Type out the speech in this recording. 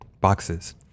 boxes